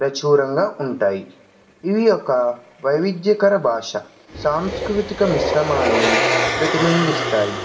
ప్రాచుర్యంగా ఉంటాయి ఇది ఒక వైవిధ్యకర భాష సాంస్కృతిక మిశ్రమాన్ని ప్రతిబింబిస్తాయి